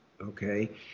okay